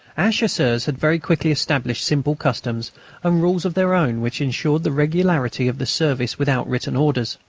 our chasseurs had very quickly established simple customs and rules of their own which ensured the regularity of the service without written orders.